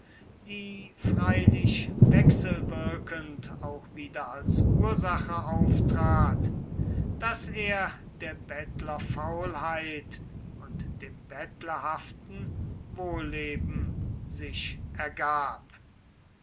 die freilich wechselwirkend auch wieder als ursache auftrat daß er der bettlerfaulheit und dem bettlerhaften wohlleben sich ergab